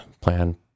Plan